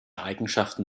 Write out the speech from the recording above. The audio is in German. eigenschaften